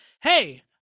hey